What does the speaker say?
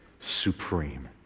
supreme